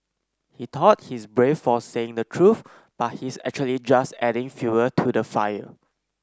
he thought he's brave for saying the truth but he's actually just adding fuel to the fire